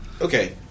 Okay